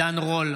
נגד עידן רול,